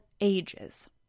ages